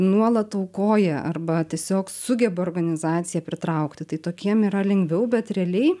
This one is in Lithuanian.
nuolat aukoja arba tiesiog sugeba organizacija pritraukti tai tokiem yra lengviau bet realiai